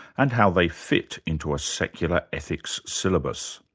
and how they fit into a secular ethics syllabus.